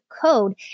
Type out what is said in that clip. code